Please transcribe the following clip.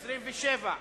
לסעיף 23,